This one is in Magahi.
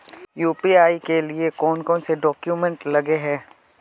यु.पी.आई के लिए कौन कौन से डॉक्यूमेंट लगे है?